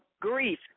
grief